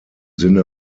sinne